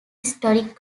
historic